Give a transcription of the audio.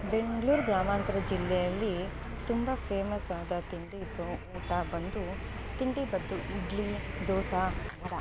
ಬೆಂಗ್ಳೂರು ಗ್ರಾಮಾಂತರ ಜಿಲ್ಲೆಯಲ್ಲಿ ತುಂಬ ಫೇಮಸ್ಸಾದ ತಿಂಡಿ ಅಥವಾ ಊಟ ಬಂದು ತಿಂಡಿ ಬಂದು ಇಡ್ಲಿ ದೋಸೆ ವಡೆ